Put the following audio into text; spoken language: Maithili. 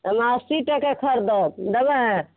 हम अस्सी टके खरीदब देबै